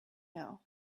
now